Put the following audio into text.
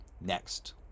Next